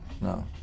No